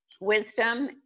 wisdom